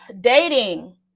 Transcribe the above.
dating